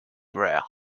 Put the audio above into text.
rare